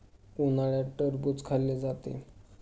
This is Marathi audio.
उन्हाळ्यात टरबूज खाल्ले जाते